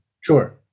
Sure